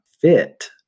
fit